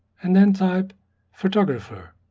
and then type photographer,